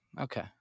okay